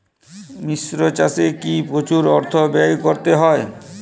মিশ্র চাষে কি প্রচুর অর্থ ব্যয় করতে হয়?